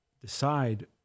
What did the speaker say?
decide